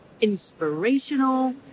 inspirational